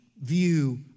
view